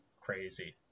crazy